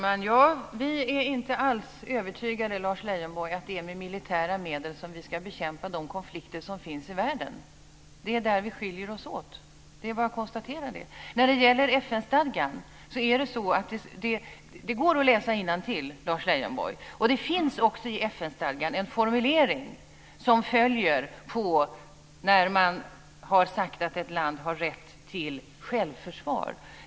Fru talman! Vi är inte alls övertygade om, Lars Leijonborg, att det är med militära medel som vi ska bekämpa de konflikter som finns i världen. Det är där vi skiljer oss åt. Det är bara att konstatera det. Det går att läsa innantill, Lars Leijonborg. Det finns också i FN-stadgan en formulering som följer på formuleringen att ett land har rätt till självförsvar.